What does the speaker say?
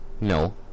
no